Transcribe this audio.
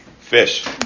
fish